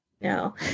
No